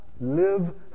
live